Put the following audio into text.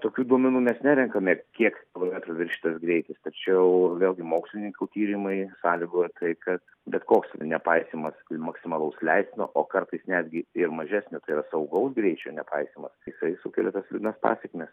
tokių duomenų mes nerenkame kiek kilometrų viršytas greitis tačiau vėlgi mokslininkų tyrimai sąlygoja tai kad bet koks ir nepaisymas maksimalaus leistino o kartais netgi ir mažesnio tai yra saugaus greičio nepaisymas jisai sukelia tas liūdnas pasekmes